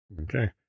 Okay